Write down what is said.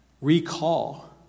Recall